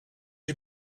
you